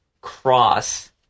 cross